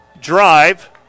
drive